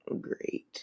Great